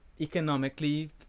economically